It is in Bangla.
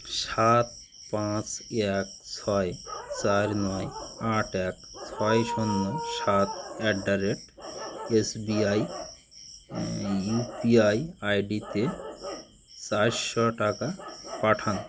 সাত পাঁচ এক ছয় চার নয় আট এক ছয় শূন্য সাত at the rate SBI UPI I ডিতে চারশো টাকা পাঠান